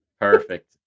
Perfect